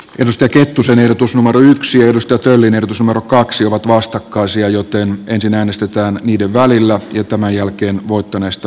risto kettusen ehdotus numero yksi neuvostotyylinen osuman kaksi ovat vastakkaisia joten ensin äänestetään niiden välillä jo tämän jälkeen voittaneesta